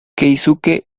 keisuke